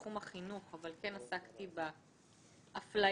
מתחום החינוך אבל כן עסקתי באפליה